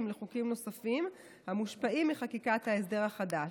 לחוקים נוספים המושפעים מחקיקת ההסדר החדש.